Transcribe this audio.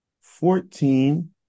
fourteen